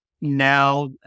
Now